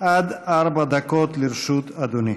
עד ארבע דקות לרשות אדוני.